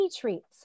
Treats